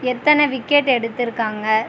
எத்தனை விக்கெட் எடுத்திருக்காங்க